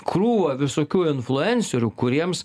krūva visokių influencerių kuriems